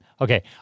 Okay